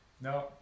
No